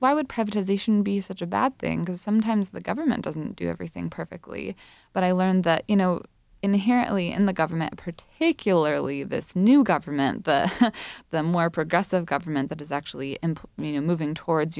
why would privatization be such a bad thing sometimes the government doesn't do everything perfectly but i learned that you know inherently in the government particularly this new government but the more progressive government that is actually and you know moving towards